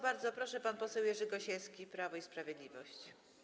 Bardzo proszę, pan poseł Jerzy Gosiewski, Prawo i Sprawiedliwość.